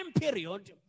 period